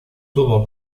tuvo